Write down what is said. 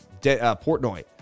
Portnoy